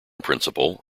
principle